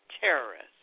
terrorists